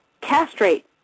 castrate